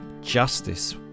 Justice